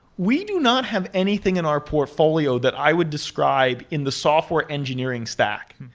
we do not have anything in our portfolio that i would describe in the software engineering stack.